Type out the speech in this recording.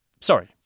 sorry